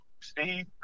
Steve